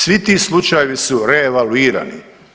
Svi ti slučajevi su reevalvirani.